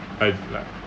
I lik~